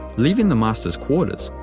leaving the master's quarters,